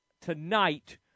tonight